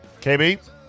KB